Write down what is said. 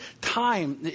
time